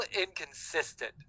inconsistent